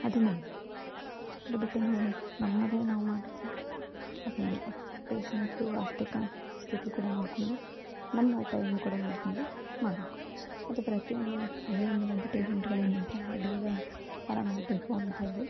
ಅದು ಮೇನ್ ಅದು ಬಿಟ್ಟು ನಾವು ನಮ್ಮದೇ ನಾವು ಮಾಡಿದ್ರೆ ಆಗೋಂಗಿಲ್ಲ ಪೇಶೆಂಟ್ದು ಆರ್ಥಿಕ ಸ್ಥಿತಿ ಕೂಡ ನೋಡಿಕೊಂಡು ನಮ್ಮ ಟೈಮ್ ಕೂಡ ನೋಡಿಕೊಂಡು ಮಾಡಬೇಕು ಮತ್ತು ಪ್ರತಿಯೊಂದು ಹಳ್ಳಿಯಿಂದ ಬಂದ ಪೇಶೆಂಟ್ಗಳು ಏನು ಹೇಳ್ತಾರಂದರೆ ಬೇಗ ಅರಾಮಾಗಬೇಕು ಅಂತೇಳಿ